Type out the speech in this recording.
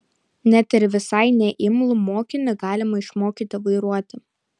net ir visai neimlų mokinį galima išmokyti vairuoti